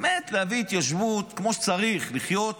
באמת להביא התיישבות כמו שצריך, לחיות